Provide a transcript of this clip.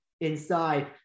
inside